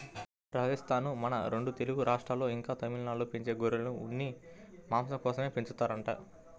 రాజస్థానూ, మన రెండు తెలుగు రాష్ట్రాల్లో, ఇంకా తమిళనాడులో పెంచే గొర్రెలను ఉన్ని, మాంసం కోసమే పెంచుతారంట